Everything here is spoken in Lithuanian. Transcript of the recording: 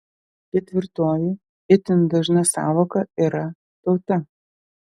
ketvirtoji itin dažna sąvoka yra tauta